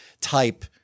type